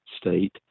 state